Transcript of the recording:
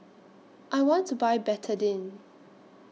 I want to Buy Betadine